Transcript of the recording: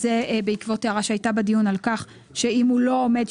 זה בעקבות הערה שהייתה בדיון על כך שאם הוא לא עומד,